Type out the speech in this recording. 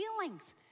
feelings